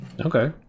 Okay